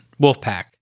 Wolfpack